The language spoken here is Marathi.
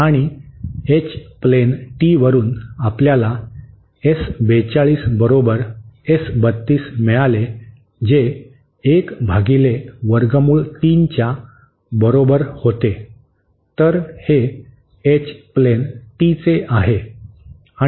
आणि एच प्लेन टी वरुन आपल्याला एस 42 बरोबर एस 32 मिळाले जे एक भागिले वर्गमूळ 3 च्या बरोबर होते तर हे एच प्लेन टीचे आहे